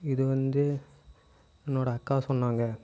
இது வந்து என்னோடய அக்கா சொன்னாங்க